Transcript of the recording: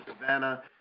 Savannah